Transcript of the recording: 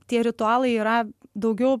tie ritualai yra daugiau